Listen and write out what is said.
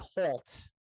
halt